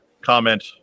comment